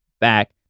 back